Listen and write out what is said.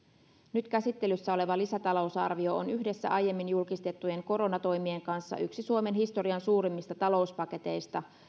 nyt käsittelyssä oleva lisätalousarvio on yhdessä aiemmin julkistettujen koronatoimien kanssa yksi suomen historian suurimmista talouspaketeista